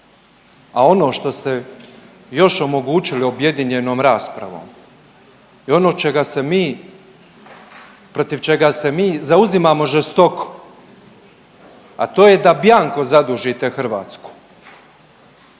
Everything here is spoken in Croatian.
A ono što ste još omogućili objedinjenom raspravom i ono čega se mi, protiv čega se mi zauzimamo žestoko, a to je da bianco zadužite Hrvatsku.